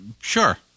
sure